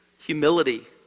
Humility